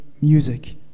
music